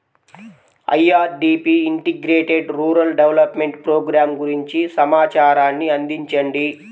IRDP integrated rural development programme గురించి సమాచారాన్ని అందించండి?